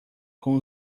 com